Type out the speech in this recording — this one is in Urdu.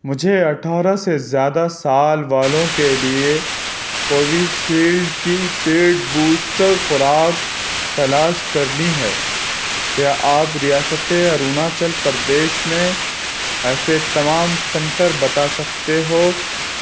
مجھے اٹھارہ سے زیادہ سال والوں کے لیے کووشیلڈ کی پیڈ بوسٹر خوراک تلاش کرنی ہے کیا آپ ریاست اروناچل پردیش میں ایسے تمام سینٹر بتا سکتے ہو